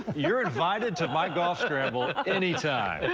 you're invited to my golf scramble any time.